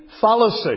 fallacy